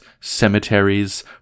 cemeteries